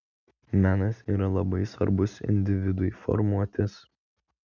menas yra labai svarbus individui formuotis